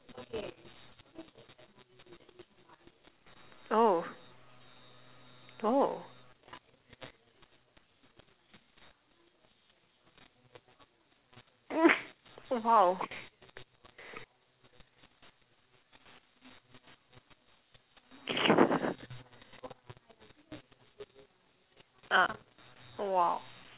oh oh !oof! !wow! uh !whoa!